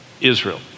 Israel